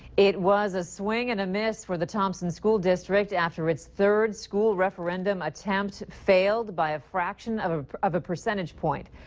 it was a swing and a miss for the thompson school district after it's third school referendum attempt failed by a fraction of of a percentage point.